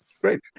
Great